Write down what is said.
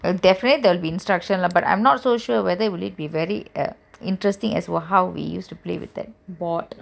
and definitely there will be instructions but I'm not so sure whether it will be very interesting as to how we play with the board